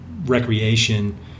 recreation